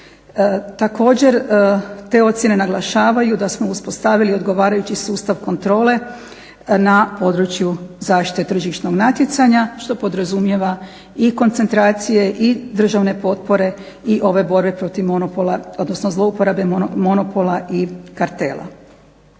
Također, te ocjene naglašavaju da smo uspostavili odgovarajući sustav kontrole na području zaštite tržišnog natjecanja što podrazumijeva i koncentracije i državne potpore i ove borbe protiv monopola, odnosno zlouporabe monopola i kartela.